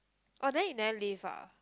oh then you never leave ah